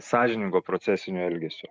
sąžiningo procesinio elgesio